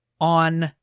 on